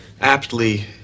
aptly